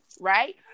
right